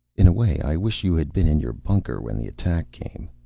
in a way i wish you had been in your bunker when the attack came.